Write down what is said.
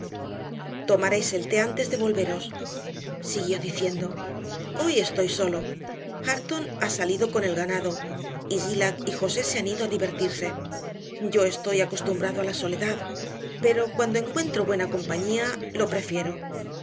corazón tomaréis el té antes de volveros siguió diciendo hoy estoy solo hareton ha salido con el ganado y zillah y josé se han ido a divertirse yo estoy acostumbrado a la soledad pero cuando encuentro buena compañía lo prefiero